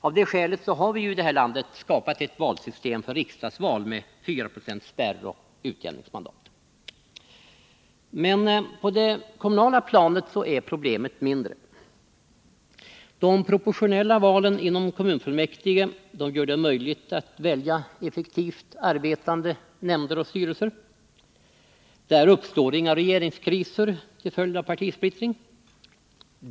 Av det skälet har vi ju i det här landet skapat ett valsystem för riksdagsval med fyraprocentsspärr och utjämningsmandat. På det kommunala planet är problemet mindre. De proportionella valen inom kommunfullmäktige gör det möjligt att välja effektivt arbetande nämnder och styrelser. Där uppstår inga regeringskriser till följd av partisplittring.